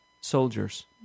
soldiers